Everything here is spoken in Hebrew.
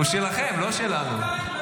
הוא שלכם, לא שלנו.